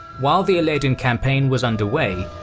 while the ilerdan campaign was underway,